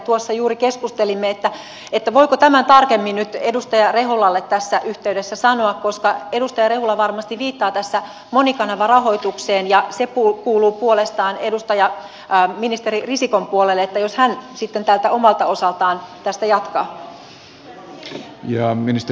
tuossa juuri keskustelimme voiko tämän tarkemmin nyt edustaja rehulalle tässä yhteydessä sanoa koska edustaja rehula varmasti viittaa tässä monikanavarahoitukseen ja se kuuluu puolestaan ministeri risikon puolelle jos hän sitten omalta osaltaan tästä jatkaa